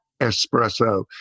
espresso